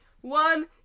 one